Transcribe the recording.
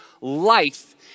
life